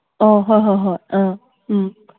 ꯑꯣ ꯍꯣꯏ ꯍꯣꯏ ꯍꯣꯏ ꯑꯥ ꯎꯝ